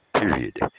Period